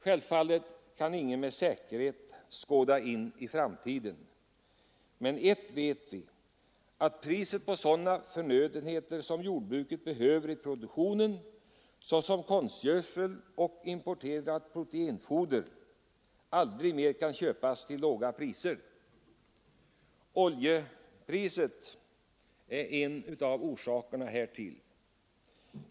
Självfallet kan ingen med säkerhet skåda in i framtiden, men ett vet vi: att priset på sådana förnödenheter som jordbruket behöver i produktionen, såsom konstgödsel och importerat proteinfoder, aldrig mera kan köpas till låga priser. Oljepriset är en av orsakerna härtill.